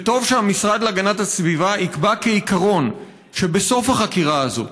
וטוב שהמשרד להגנת הסביבה יקבע כעיקרון שבסוף החקירה הזו,